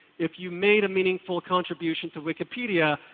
if you made a meaningful contribution to wikipedia,